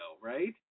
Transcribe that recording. right